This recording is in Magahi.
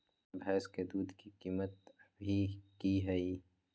भैंस के दूध के कीमत अभी की हई?